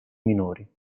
minori